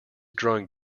growing